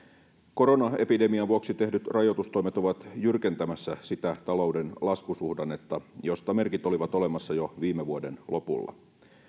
koronaepidemian vuoksi tehdyt rajoitustoimet ovat jyrkentämässä sitä talouden laskusuhdannetta josta merkit olivat olemassa jo viime vuoden lopulla